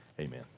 Amen